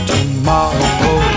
Tomorrow